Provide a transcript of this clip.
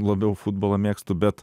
labiau futbolą mėgstu bet